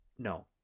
No